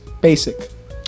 Basic